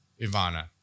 Ivana